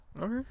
Okay